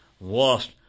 lost